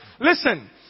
listen